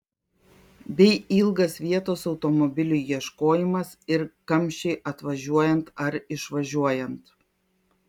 bei ilgas vietos automobiliui ieškojimas ir kamščiai atvažiuojant ar išvažiuojant